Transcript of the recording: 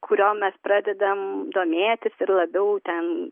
kuriom mes pradedam domėtis ir labiau ten